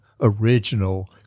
original